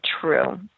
true